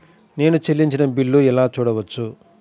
నేను చెల్లించిన బిల్లు ఎలా చూడవచ్చు?